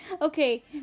Okay